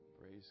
Praise